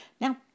Now